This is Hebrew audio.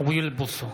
אוריאל בוסו,